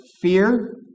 fear